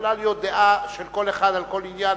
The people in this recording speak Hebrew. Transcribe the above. יכולה להיות דעה של כל אחד על כל עניין,